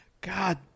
God